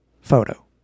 photo